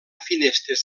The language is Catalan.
finestres